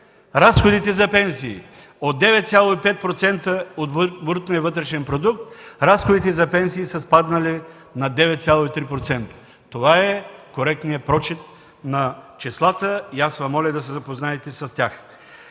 Разходите за пенсии от 9,5% от брутния вътрешен продукт са спаднали на 9,3%. Това е коректният прочит на числата и аз Ви моля да се запознаете с тях.